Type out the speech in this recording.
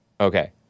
Okay